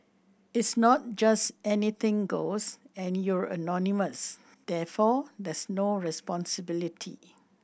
it's not just anything goes and you're anonymous therefore there's no responsibility